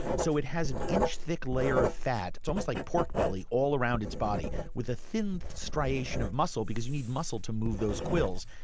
so it has an inch-thick layer of fat. it's almost like pork belly all around its body with a thin striation of muscle, because you need muscle to move those quills.